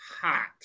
Hot